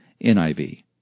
NIV